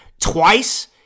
twice